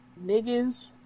Niggas